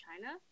China